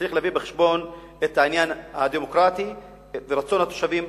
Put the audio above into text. צריך להביא בחשבון את העניין הדמוקרטי ורצון התושבים.